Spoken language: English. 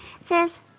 says